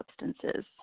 substances